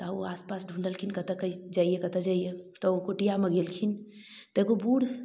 तऽ ओ आसपास ढूँढलखिन की कतऽ की कतऽ कतऽ जाइए तऽ ओ कुटियामे गेलखिन तऽ एगो बूढ़